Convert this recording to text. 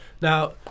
Now